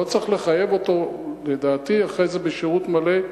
לא צריך לחייב אותו אחרי זה בשירות מלא,